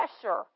pressure